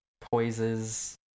Poise's